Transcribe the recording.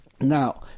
Now